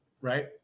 right